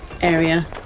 area